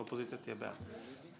האופוזיציה תהיה בעד.